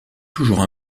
toujours